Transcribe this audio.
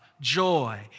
joy